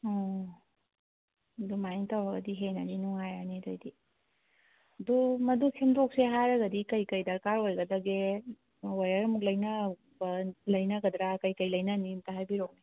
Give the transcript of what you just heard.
ꯑꯣ ꯑꯗꯨꯃꯥꯏꯅ ꯇꯧꯔꯗꯤ ꯍꯦꯟꯅꯗꯤ ꯅꯨꯡꯉꯥꯏꯔꯅꯤ ꯑꯗꯨꯏꯗꯤ ꯑꯗꯨ ꯃꯗꯨ ꯁꯦꯝꯗꯣꯛꯁꯦ ꯍꯥꯏꯔꯒꯗꯤ ꯀꯔꯤ ꯀꯔꯤ ꯗꯔꯀꯥꯔ ꯑꯣꯏꯒꯗꯒꯦ ꯋꯦꯌꯔꯃꯨꯛ ꯂꯩꯅꯒꯗ꯭ꯔꯥ ꯀꯔꯤ ꯀꯔꯤ ꯂꯩꯅꯅꯤ ꯑꯝꯇ ꯍꯥꯏꯕꯤꯔꯛꯑꯣꯅꯦ